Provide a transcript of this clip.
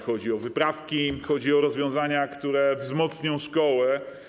Chodzi o wyprawki, chodzi o rozwiązania, które wzmocnią szkołę.